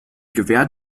gewehr